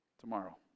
Tomorrow